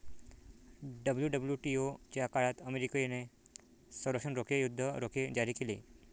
WWTO च्या काळात अमेरिकेने संरक्षण रोखे, युद्ध रोखे जारी केले